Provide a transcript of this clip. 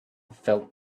felt